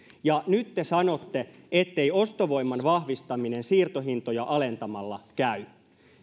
ja nyt te sanotte ettei ostovoiman vahvistaminen siirtohintoja alentamalla käy